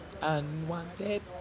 Unwanted